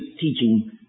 teaching